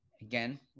Again